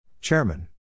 Chairman